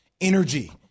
energy